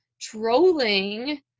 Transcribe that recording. trolling